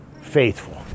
faithful